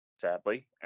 sadly